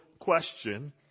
question